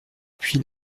puy